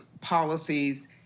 policies